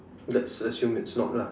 let's assume it's not lah